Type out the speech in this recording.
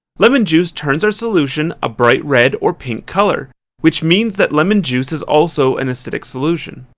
lemon juice turns our solution a bright red or pink color which means that lemon juice is also an acidic solution.